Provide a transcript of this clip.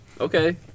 Okay